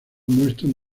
muestran